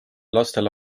lastele